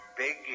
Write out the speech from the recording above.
big